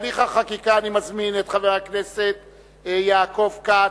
בהליך החקיקה אני מזמין את חבר הכנסת יעקב כץ,